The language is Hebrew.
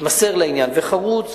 מתמסר לעניין וחרוץ,